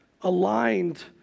aligned